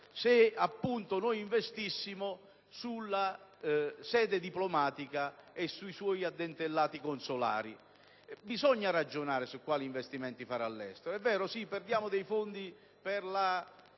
se solo investissimo sulla sede diplomatica e sui suoi addentellati consolari. Bisogna ragionare su quali investimenti fare all'estero. È vero che perdiamo dei fondi per